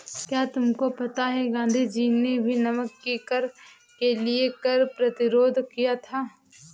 क्या तुमको पता है गांधी जी ने भी नमक के कर के लिए कर प्रतिरोध किया था